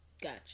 Gotcha